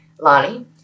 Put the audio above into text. Lonnie